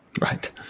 Right